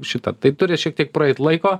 šita tai turi šiek tiek praeit laiko